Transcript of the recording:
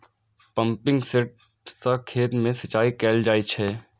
pumping set सं खेत मे सिंचाई कैल जाइ छै